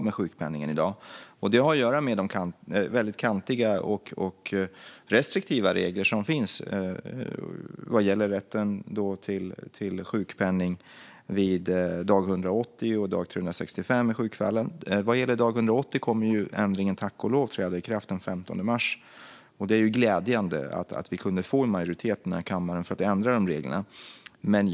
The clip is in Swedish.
Detta har att göra med de väldigt kantiga och restriktiva regler som finns vad gäller rätten till sjukpenning vid dag 180 och dag 365 i sjukfallen. Vad gäller dag 180 kommer ändringen, tack och lov, att träda i kraft den 15 mars. Det är glädjande att vi kunde få en majoritet i den här kammaren för att ändra dessa regler.